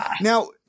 Now